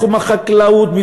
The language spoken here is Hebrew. מתחום החקלאות,